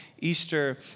Easter